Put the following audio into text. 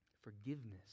forgiveness